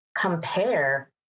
Compare